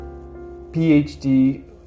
PhD